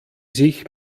sich